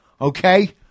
okay